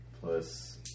plus